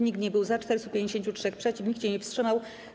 Nikt nie był za, 453 - przeciw, nikt się nie wstrzymał.